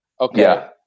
okay